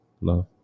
love